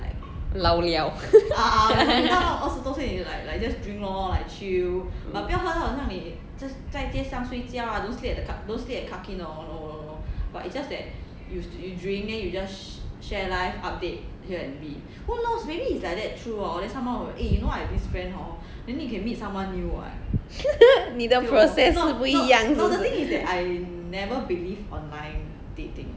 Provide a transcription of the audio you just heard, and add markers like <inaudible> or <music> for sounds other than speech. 老 liao <laughs> 你的 process 是是不一样是不是